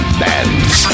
bands